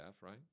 right